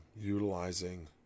utilizing